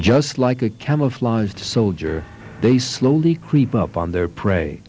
just like a camouflaged soldier they slowly creep up on their prey